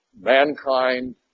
mankind